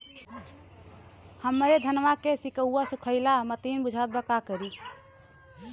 हमरे धनवा के सीक्कउआ सुखइला मतीन बुझात बा का करीं?